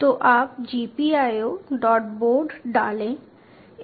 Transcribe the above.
तो आप GPIOBOARD डालें